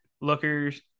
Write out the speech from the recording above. lookers